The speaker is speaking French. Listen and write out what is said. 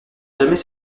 jamais